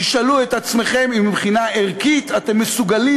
תשאלו את עצמכם אם מבחינה ערכית אתם מסוגלים